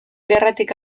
gerratik